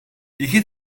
i̇ki